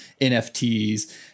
NFTs